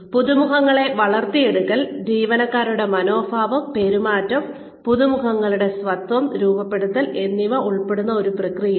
പുതുമുഖങ്ങളെ വളർത്തിയെടുക്കൽ ജീവനക്കാരുടെ മനോഭാവം പെരുമാറ്റം പുതുമുഖങ്ങളുടെ സ്വത്വം രൂപപ്പെടുത്തൽ എന്നിവ ഉൾപ്പെടുന്ന ഒരു പ്രക്രിയയാണ്